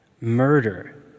murder